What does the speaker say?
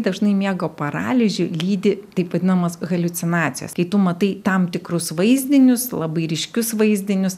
dažnai miego paralyžių lydi taip vadinamos haliucinacijos kai tu matai tam tikrus vaizdinius labai ryškius vaizdinius